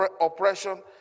oppression